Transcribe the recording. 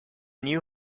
new